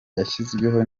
yashyizweho